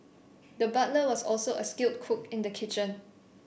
the butcher was also a skilled cook in the kitchen